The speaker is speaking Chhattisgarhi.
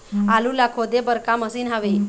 आलू ला खोदे बर का मशीन हावे?